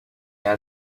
that